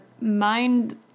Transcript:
mind